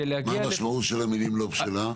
מה המשמעות של המילים "לא בשלה"?